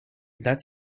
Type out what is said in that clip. that